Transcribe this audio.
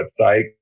website